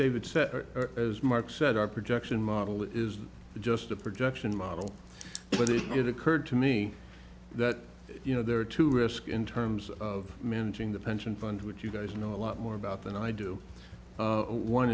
david said as mark said our projection model is just a projection model but is it occurred to me that you know there are two risk in terms of managing the pension fund which you guys know a lot more about than i do